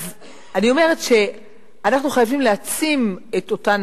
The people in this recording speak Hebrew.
אז אני אומרת שאנחנו חייבים להעצים את אותן